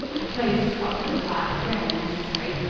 a closed top for the car is rarely necessary.